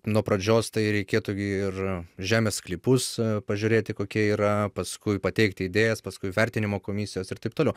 nuo pradžios tai reikėtų gi ir žemės sklypus pažiūrėti kokie yra paskui pateikti idėjas paskui vertinimo komisijos ir taip toliau